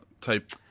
type